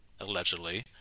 allegedly